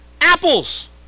apples